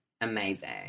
amazing